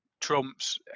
trumps